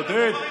עודד,